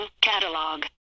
Catalog